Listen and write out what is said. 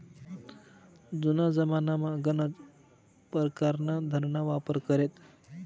जुना जमानामा गनच परकारना धनना वापर करेत